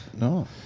No